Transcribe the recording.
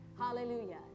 hallelujah